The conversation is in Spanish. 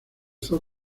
zoo